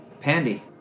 Pandy